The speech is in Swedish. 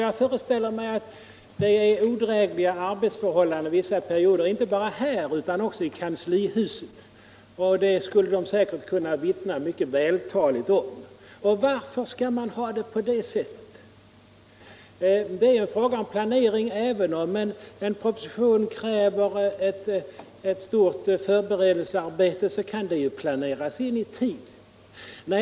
Jag föreställer mig att det är odrägliga arbetsförhållanden under vissa perioder inte bara här utan också i kanslihuset. Det skulle man där säkert kunna vittna mycket vältaligt om. Varför skall man ha det på det sättet? Det är en fråga om planering. Även om en proposition kräver ett stort förberedelsearbete så kan det planeras in i tid.